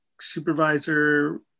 supervisor